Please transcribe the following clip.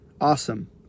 awesome